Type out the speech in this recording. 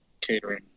catering